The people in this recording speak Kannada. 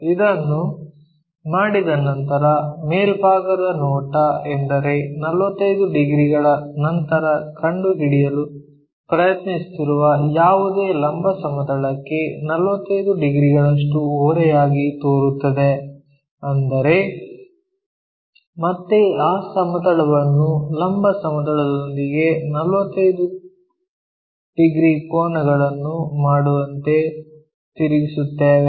ಇದನ್ನು ಮಾಡಿದ ನಂತರ ಮೇಲ್ಭಾಗದ ನೋಟ ಎಂದರೆ 45 ಡಿಗ್ರಿಗಳ ನಂತರ ಕಂಡುಹಿಡಿಯಲು ಪ್ರಯತ್ನಿಸುತ್ತಿರುವ ಯಾವುದೇ ಲಂಬ ಸಮತಲಕ್ಕೆ 45 ಡಿಗ್ರಿಗಳಷ್ಟು ಓರೆಯಾಗಿ ತೋರುತ್ತದೆ ಅಂದರೆ ಮತ್ತೆ ಆ ಸಮತಲವನ್ನು ಲಂಬ ಸಮತಲದೊಂದಿಗೆ 45 ಡಿಗ್ರಿ ಕೋನಗಳನ್ನು ಮಾಡುವಂತೆ ತಿರುಗಿಸುತ್ತೇವೆ